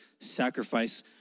sacrifice